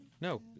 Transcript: No